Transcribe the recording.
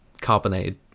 carbonated